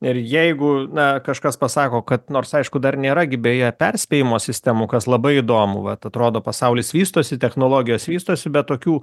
ir jeigu na kažkas pasako kad nors aišku dar nėra gi beje perspėjimo sistemų kas labai įdomu vat atrodo pasaulis vystosi technologijos vystosi bet tokių